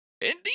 Indeed